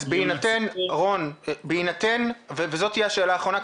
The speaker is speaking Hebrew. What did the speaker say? אז בהינתן, וזו תהיה השאלה האחרונה.